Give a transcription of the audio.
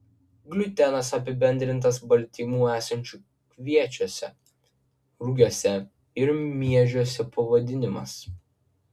gliutenas apibendrintas baltymų esančių kviečiuose rugiuose ir miežiuose pavadinimas